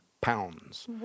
pounds